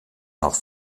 noch